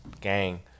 gang